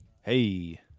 Hey